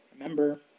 remember